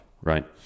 right